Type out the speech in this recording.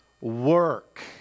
work